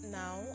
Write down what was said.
now